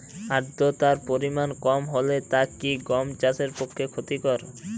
আর্দতার পরিমাণ কম হলে তা কি গম চাষের পক্ষে ক্ষতিকর?